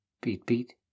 beat-beat